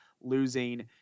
losing